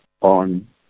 on